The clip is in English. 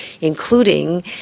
including